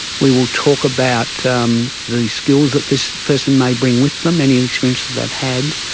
we will talk about um the skills that this person may bring with them, any and experiences that they've had.